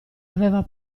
aveva